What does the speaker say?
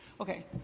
Okay